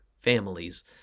families